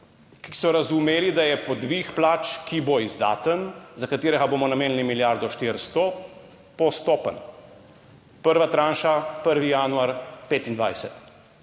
ker so razumeli, da je po dvig plač, ki bo izdaten, za katerega bomo namenili milijardo 400, postopen. Prva tranša, 1. januar 2025.